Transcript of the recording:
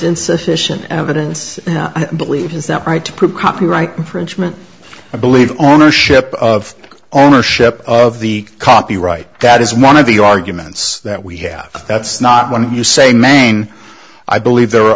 insufficient evidence believe is that right to prove copyright infringement i believe ownership of ownership of the copyright that is one of the arguments that we have that's not when you say maine i believe there are